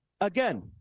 Again